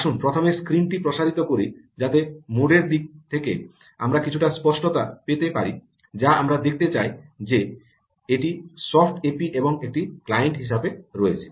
আসুন প্রথমে স্ক্রিনটি প্রসারিত করি যাতে মোডের দিক থেকে আমরা কিছুটা স্পষ্টতা পেতে পারি যা আমরা দেখতে চাই যে এটি সফট এপি এবং একটি ক্লায়েন্ট হিসাবে রয়েছে